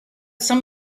some